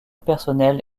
personnel